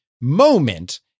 moment